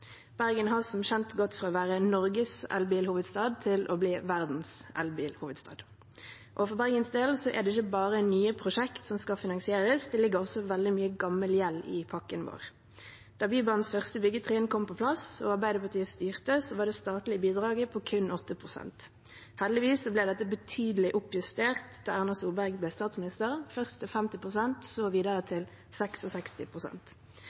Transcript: Bergen har, som kjent, gått fra å være Norges elbil-hovedstad til å bli verdens elbil-hovedstad. For Bergens del er det ikke bare nye prosjekter som skal finansieres. Det ligger også veldig mye gammel gjeld i pakken vår. Da Bybanens første byggetrinn kom på plass og Arbeiderpartiet styrte, var det statlige bidraget på kun 8 pst. Heldigvis ble dette betydelig oppjustert da Erna Solberg ble statsminister – først til 50 pst., så videre